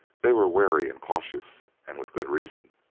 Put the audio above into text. they were wary and cautious, and with good reason.